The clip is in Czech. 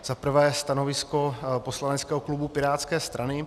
Za prvé stanovisko poslaneckého klubu pirátské strany.